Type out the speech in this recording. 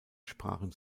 sprachen